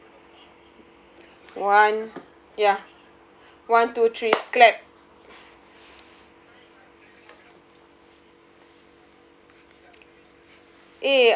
sure one ya one two three clap